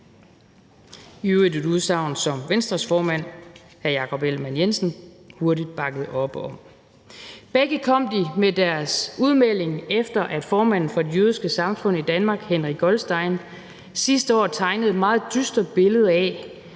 i øvrigt et udsagn, som Venstres formand, hr. Jakob Ellemann-Jensen, hurtigt bakkede op om. Begge kom de med deres udmelding, efter at formanden for Det Jødiske Samfund i Danmark, Henri Goldstein, sidste år tegnede et meget dystert billede af,